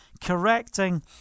correcting